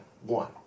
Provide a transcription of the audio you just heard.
One